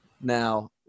now